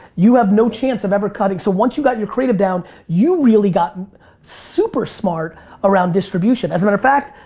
you have no chance of ever cutting. so once you've got your creative down, you really got and super smart around distribution. as a matter of fact,